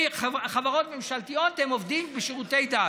חברות ממשלתיות הם העובדים בשירותי דת.